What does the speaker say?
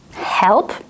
help